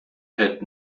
had